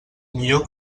millor